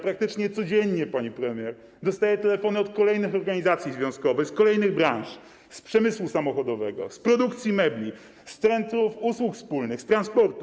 Praktycznie codziennie, pani premier, dostaję telefony od kolejnych organizacji związkowych z kolejnych branż: przemysłu samochodowego, produkcji mebli, centrów usług wspólnych, transportu.